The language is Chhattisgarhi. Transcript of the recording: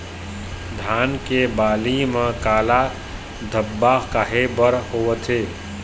धान के बाली म काला धब्बा काहे बर होवथे?